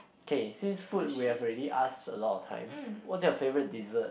K since food we have already ask a lot of times what's your favourite dessert